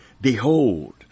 Behold